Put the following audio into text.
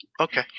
okay